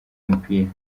w’umupira